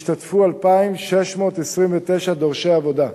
השתתפו 2,629 דורשי עבודה.